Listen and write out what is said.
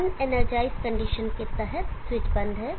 अन energize condition के तहत switch बंद है